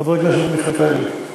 חבר הכנסת מיכאלי.